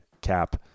cap